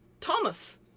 Thomas